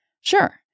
Sure